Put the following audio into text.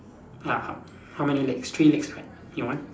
ya how how many legs three legs right your one